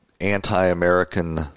Anti-American